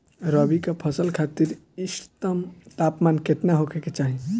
रबी क फसल खातिर इष्टतम तापमान केतना होखे के चाही?